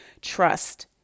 trust